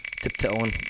Tiptoeing